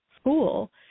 school